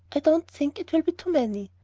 i don't think it will be too many.